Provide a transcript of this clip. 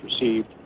received